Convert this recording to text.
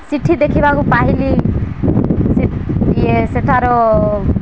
ସେଇଠି ଦେଖିବାକୁ ପାଇଲି ଇଏ ସେଠାର